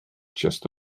just